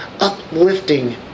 uplifting